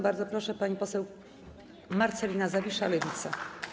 Bardzo proszę, pani poseł Marcelina Zawisza, Lewica.